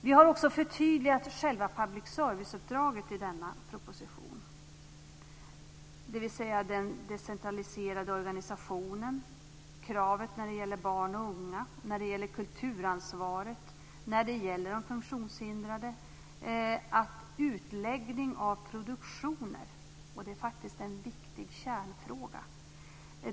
Vi har också förtydligat själva public serviceuppdraget i denna proposition, dvs. den decentraliserade organisationen, kravet när det gäller barn och unga, när det gäller kulturansvaret, när det gäller de funktionshindrade och utläggningen av produktioner, och det är faktiskt en viktig kärnfråga.